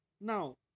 Now